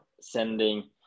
sending